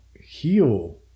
heal